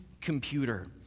computer